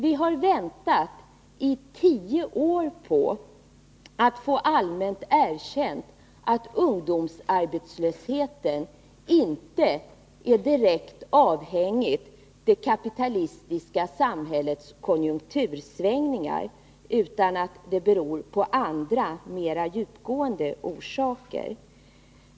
Vi har väntat i tio år att få allmänt erkänt att ungdomsarbetslösheten inte är direkt avhängig av det kapitalistiska samhällets konjunktursvängningar. Den har andra och mera djupgående orsaker.